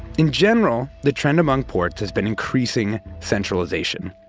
in general, the trend among ports has been increasing centralization